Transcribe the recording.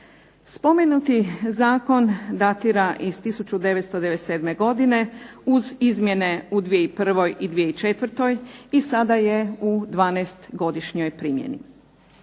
Spomenuti zakon datira iz 1997. godine uz izmjene u 2001. i 2004. i sada je u 12-godišnjoj primjeni.